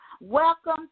welcome